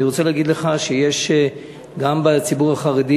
אני רוצה להגיד לך שגם בציבור החרדי